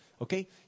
Okay